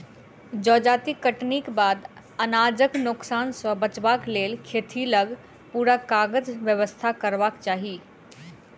जजाति कटनीक बाद अनाजक नोकसान सॅ बचबाक लेल खेतहि लग पूरा काजक व्यवस्था करबाक चाही